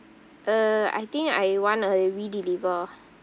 uh I think I want a redeliver